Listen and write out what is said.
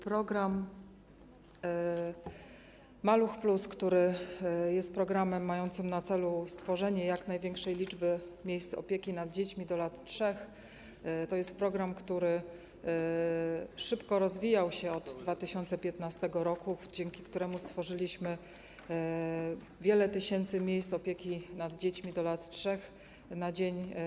Program ˝Maluch+˝, który jest programem mającym na celu stworzenie jak największej liczby miejsc opieki nad dziećmi do lat 3, to jest program, który szybko rozwijał się od 2015 r., program, dzięki któremu stworzyliśmy wiele tysięcy miejsc opieki nad dziećmi do lat 3.